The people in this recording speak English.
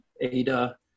Ada